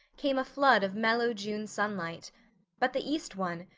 came a flood of mellow june sunlight but the east one,